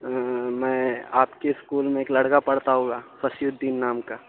میں آپ کے اسکول میں ایک لڑکا پڑھتا ہوگا فصیح الدین نام کا